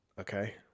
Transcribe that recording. Okay